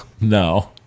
No